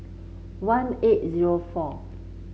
one eight zero four